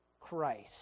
Christ